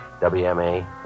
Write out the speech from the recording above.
WMA